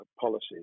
policies